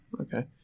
Okay